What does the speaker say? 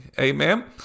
Amen